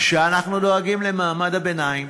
שאנחנו דואגים למעמד הביניים,